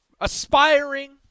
aspiring